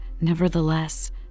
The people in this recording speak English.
Nevertheless